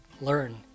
learn